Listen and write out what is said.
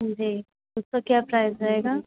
जी उसका क्या प्राइज़ रहेगा